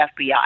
FBI